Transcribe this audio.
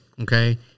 okay